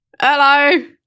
Hello